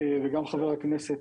וחבר הכנסת,